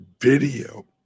video